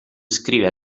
scrive